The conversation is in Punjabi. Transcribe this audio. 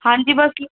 ਹਾਂਜੀ ਬਸ